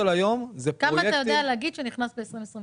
כמה אתה יודע להגיד שנכנס ב-2022?